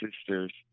sisters